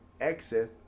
exit